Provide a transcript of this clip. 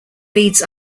leads